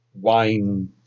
wine